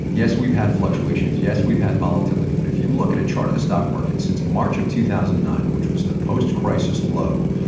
yes, we've had fluctuations. yes, we've had volatility. but if you look at a chart of the stock market since march of two thousand and nine, which was the post-crisis low,